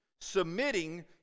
Submitting